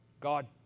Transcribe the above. God